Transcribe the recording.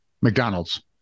McDonald's